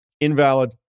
invalid